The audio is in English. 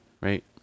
right